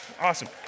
Awesome